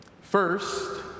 First